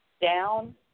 down